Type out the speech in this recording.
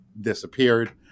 disappeared